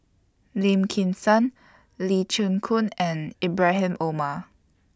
Lim Kim San Lee Chin Koon and Ibrahim Omar